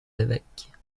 l’évêque